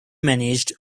managed